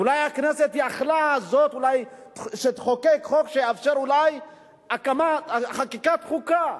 אולי הכנסת הזאת יכלה לחוקק חוק שיאפשר חקיקת חוקה,